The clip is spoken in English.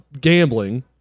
gambling